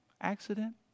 Accident